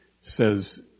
says